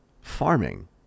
farming